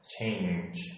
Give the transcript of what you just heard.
change